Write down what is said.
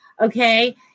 Okay